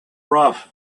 rough